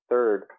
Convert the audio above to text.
Third